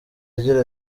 agira